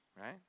Right